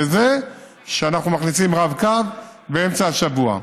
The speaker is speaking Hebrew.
בזה שאנחנו מכניסים רב-קו באמצע השבוע.